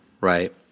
right